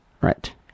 Right